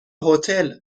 هتل